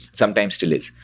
sometimes still is.